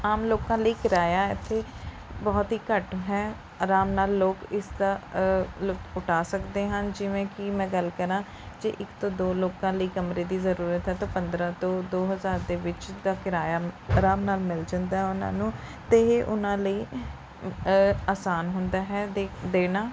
ਆਮ ਲੋਕਾਂ ਲਈ ਕਿਰਾਇਆ ਇੱਥੇ ਬਹੁਤ ਹੀ ਘੱਟ ਹੈ ਆਰਾਮ ਨਾਲ ਲੋਕ ਇਸਦਾ ਲੁਤਫ ਉਠਾ ਸਕਦੇ ਹਨ ਜਿਵੇਂ ਕਿ ਮੈਂ ਗੱਲ ਕਰਾਂ ਜੇ ਇੱਕ ਤੋਂ ਦੋ ਲੋਕਾਂ ਲਈ ਕਮਰੇ ਦੀ ਜ਼ਰੂਰਤ ਹੈ ਤਾਂ ਪੰਦਰ੍ਹਾਂ ਤੋਂ ਦੋ ਹਜ਼ਾਰ ਦੇ ਵਿੱਚ ਦਾ ਕਿਰਾਇਆ ਆਰਾਮ ਨਾਲ ਮਿਲ ਜਾਂਦਾ ਉਹਨਾਂ ਨੂੰ ਅਤੇ ਇਹ ਉਹਨਾਂ ਲਈ ਆਸਾਨ ਹੁੰਦਾ ਹੈ ਦੇ ਦੇਣਾ